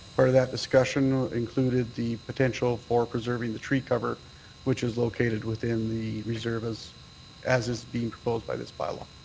part of that discussion included the potential for preserving the tree cover which is located within the reserve as as is being proposed by this bylaw.